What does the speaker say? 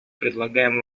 предлагаем